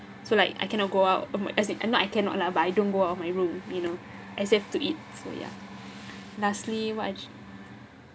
so like I cannot go out um as in eh not I cannot lah but I don't go out of my room you know except to eat so ya lastly what I